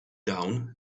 down